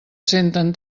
senten